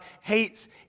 hates